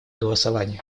голосовании